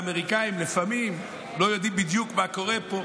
האמריקאים לפעמים לא יודעים בדיוק מה קורה פה.